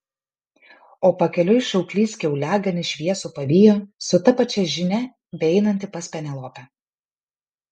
o pakeliui šauklys kiauliaganį šviesų pavijo su ta pačia žinia beeinantį pas penelopę